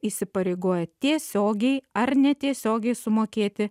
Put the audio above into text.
įsipareigoja tiesiogiai ar netiesiogiai sumokėti